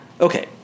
Okay